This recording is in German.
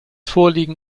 vorliegen